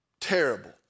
terrible